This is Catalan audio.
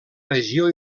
regió